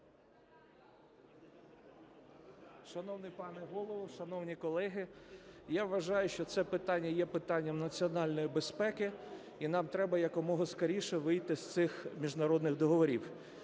Шановний пане Голово, шановні колеги! Я вважаю, що це питання є питанням національної безпеки, і нам треба якомога скоріше вийти з цих міжнародних договорів,